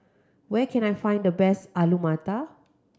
where can I find the best Alu Matar